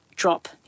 drop